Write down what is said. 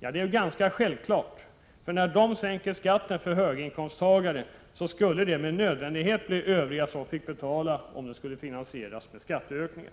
Det är självklart — om man sänkte skatten för höginkomsttagare skulle det med nödvändighet bli övriga som fick betala, om det skulle finansieras med en skatteökning.